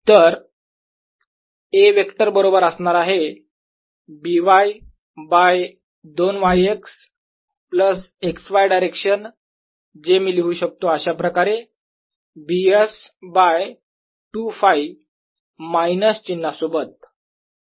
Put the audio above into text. तर A vector बरोबर असणार आहे B by 2 y x plus x y direction जे मी लिहू शकतो अशाप्रकारे B s बाय 2 Φ मायनस चिन्हा सोबत ही एक शक्यता आहे